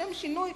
לשם שינוי,